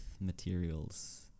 materials